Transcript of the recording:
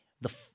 the-